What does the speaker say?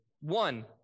One